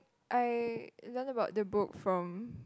I learn about the book from